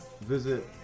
visit